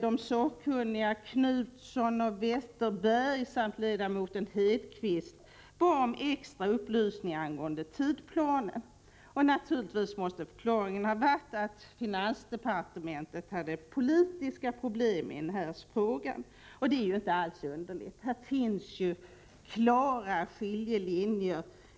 De sakkunniga Karl Knutsson och Ulf Wetterberg samt ledamoten Hedquist bad om extra upplysningar angående tidsplanen. Naturligtvis måste förklaringen ha varit att det var politiska problem inom finansdepartementet i denna fråga. Det är ju inte alls underligt. Här finns klara skiljelinjer.